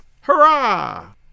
Hurrah